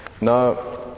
Now